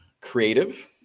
creative